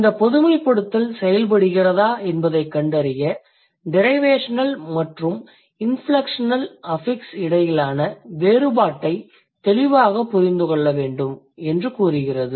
இந்த பொதுமைப்படுத்தல் செயல்படுகிறதா என்பதைக் கண்டறிய டிரைவேஷனல் மற்றும் இன்ஃப்லெக்ஷனல் அஃபிக்ஸ் இடையிலான வேறுபாட்டை தெளிவாக புரிந்து கொள்ள வேண்டும் என்று கூறுகிறது